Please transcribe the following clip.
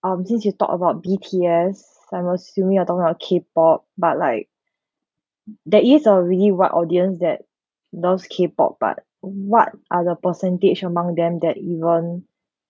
um since you talked about B_T_S I'm assuming you're talking about k-pop but like there is a really wide audience that in those k-pop but what are the percentage among them that even